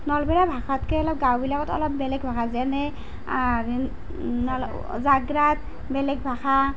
নলবেৰীয়া ভাষাতকৈ অলপ গাঁওবিলাকত অলপ বেলেগ ভাষা যেনে জাগ্ৰাত বেলেগ ভাষা